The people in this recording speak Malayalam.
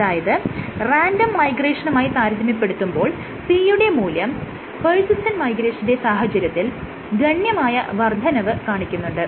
അതായത് റാൻഡം മൈഗ്രേഷനുമായി താരതമ്യം ചെയ്യുമ്പോൾ P യുടെ മൂല്യം പെർസിസ്റ്റൻറ് മൈഗ്രേഷന്റെ സാഹചര്യത്തിൽ ഗണ്യമായ വർദ്ധനവ് കാണിക്കുന്നുണ്ട്